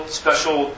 special